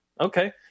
Okay